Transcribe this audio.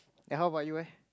eh how about you leh